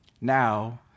Now